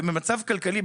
ובמצב כלכלי,